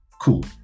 Cool